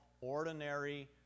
ordinary